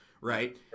right